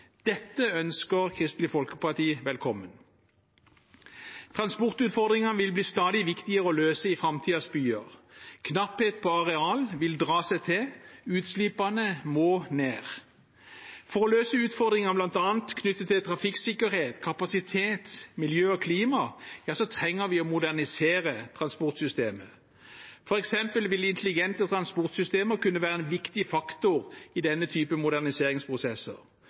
Dette ønsker Kristelig Folkeparti velkommen. Transportutfordringene vil bli stadig viktigere å løse i framtidens byer. Knappheten på areal vil dra seg til, og utslippene må ned. For å løse utfordringene som bl.a. er knyttet til trafikksikkerhet, kapasitet, miljø og klima, trenger vi å modernisere transportsystemet. For eksempel vil intelligente transportsystemer kunne være en viktig faktor i denne typen moderniseringsprosesser.